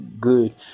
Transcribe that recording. good